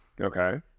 Okay